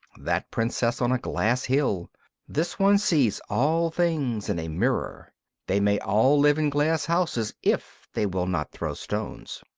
that princess on a glass hill this one sees all things in a mirror they may all live in glass houses if they will not throw stones.